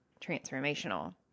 Transformational